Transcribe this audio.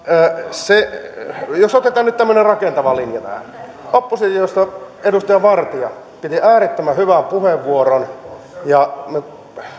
jos otetaan nyt tämmöinen rakentava linja tähän oppositiosta edustaja vartia käytti äärettömän hyvän puheenvuoron ja